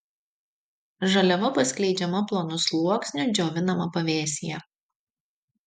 žaliava paskleidžiama plonu sluoksniu džiovinama pavėsyje